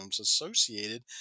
associated